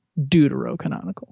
deuterocanonical